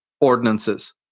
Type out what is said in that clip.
ordinances